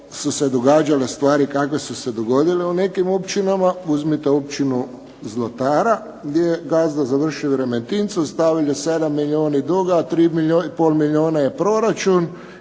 u nekim općinama, uzmite Općinu Zlatara gdje je gazda završio u Remetincu i ostavio 7 milijuna duga, 3,5 milijuna je proračun